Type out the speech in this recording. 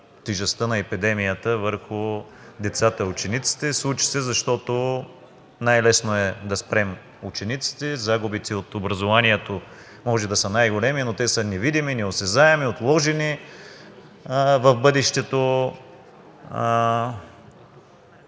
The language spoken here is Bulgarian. тежестта на епидемията върху децата и учениците. Случи се, защото най-лесно е да спрем учениците. Загубите от образованието може да са най-големи, но те са невидими, неосезаеми, отложени в бъдещето.